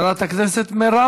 חברת הכנסת מרב